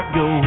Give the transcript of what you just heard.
go